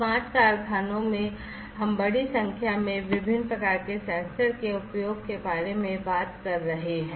smart कारखानों में हम बड़ी संख्या में विभिन्न प्रकार के सेंसर के उपयोग के बारे में बात कर रहे हैं